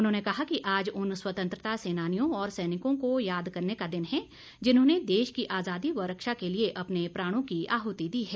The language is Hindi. उन्होंने कहा कि आज उन स्वतंत्रता सेनानियों और सैनिकों को याद करने का दिन है जिन्होंने देश की आज़ादी व रक्षा के लिए अपने प्राणों की आहुति दी है